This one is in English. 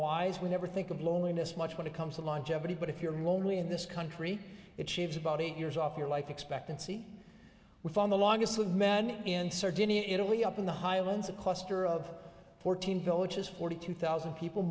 wise we never think of loneliness much when it comes to longevity but if you're lonely in this country it seems about eight years off your life expectancy we found the longest of men in sardinia italy up in the highlands a cluster of fourteen villages forty two thousand people